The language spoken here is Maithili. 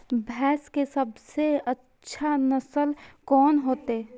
भैंस के सबसे अच्छा नस्ल कोन होते?